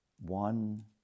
one